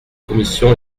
commission